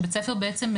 שבית ספר בעצם,